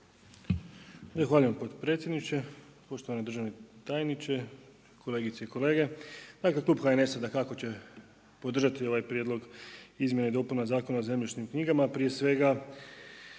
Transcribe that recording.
Zahvaljujem potpredsjedniče. Poštovani državni tajniče, kolegice i kolege. Dakle, klub HNS-a dakako će podržati ovaj prijedlog izmjena i dopuna Zakona o zemljišnim knjigama. Prije svega